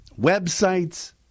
websites